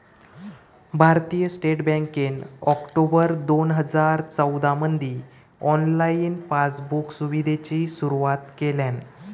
भारतीय स्टेट बँकेन ऑक्टोबर दोन हजार चौदामधी ऑनलाईन पासबुक सुविधेची सुरुवात केल्यान